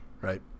Right